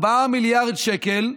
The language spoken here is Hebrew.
4 מיליארד שקל,